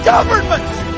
Governments